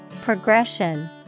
Progression